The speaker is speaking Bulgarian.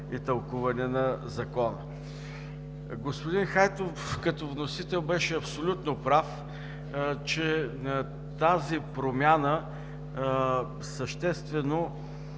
и тълкуване на Закона. Господин Хайтов като вносител беше абсолютно прав, че тази промяна съществено